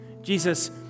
Jesus